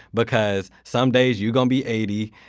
because some days you're gonna be eighty.